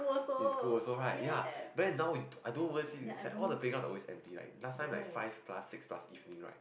in school also right ya then now we I don't even see it's like all the playgrounds are always empty right last time like five plus six plus evening right